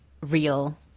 real